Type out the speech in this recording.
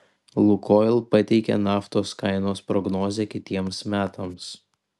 lukoil pateikė naftos kainos prognozę kitiems metams